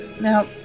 Now